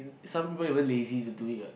some people even lazy to do it what